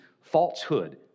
falsehood